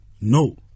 No